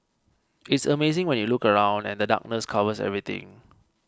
it's amazing when you look around and the darkness covers everything